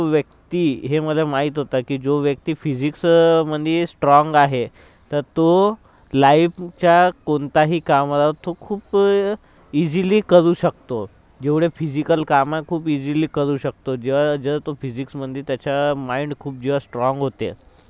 जो व्यक्ती हे मला माहीत होतं की जो व्यक्ती फिजिक्समध्ये स्ट्राँग आहे तर तो लाईफच्या कोणताही काम राहो तो खूप ईझिली करू शकतो जेवढे फिजिकल काम आहे खूप ईझिली करू शकतो ज जर तो फिजिक्समध्ये त्याचा माईंड खूप जर स्ट्राँग होते